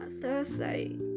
Thursday